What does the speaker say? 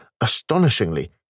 astonishingly